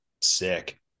sick